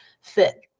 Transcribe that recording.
fit